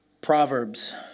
Proverbs